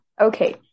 okay